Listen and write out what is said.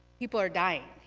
people are dying.